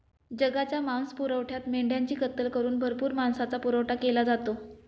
जगाच्या मांसपुरवठ्यात मेंढ्यांची कत्तल करून भरपूर मांसाचा पुरवठा केला जातो